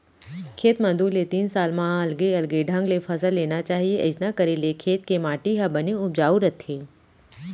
खेत म दू ले तीन साल म अलगे अलगे ढंग ले फसल लेना चाही अइसना करे ले खेत के माटी ह बने उपजाउ रथे